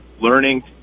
learning